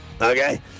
okay